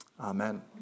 Amen